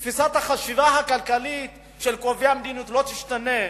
אם תפיסת החשיבה הכלכלית של קובעי המדיניות לא תשתנה,